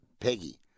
Peggy